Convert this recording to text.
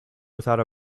without